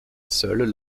seul